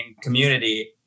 community